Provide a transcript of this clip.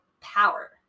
power